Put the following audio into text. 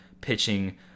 pitching